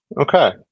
okay